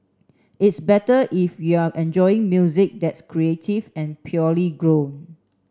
it's better if you're enjoying music that's creative and purely grown